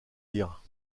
dire